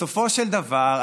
בסופו של דבר,